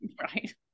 right